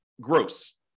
gross